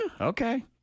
Okay